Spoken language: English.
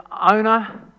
owner